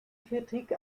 kritik